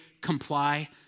comply